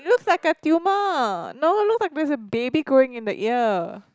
it looks like a tumour no looks like there's a baby growing in the ear